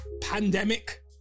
pandemic